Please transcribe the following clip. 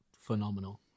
phenomenal